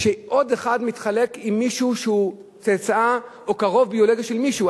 שעוד אחד מתחלק עם מישהו שהוא צאצא או קרוב ביולוגי של מישהו.